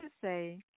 say